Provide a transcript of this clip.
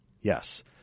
Yes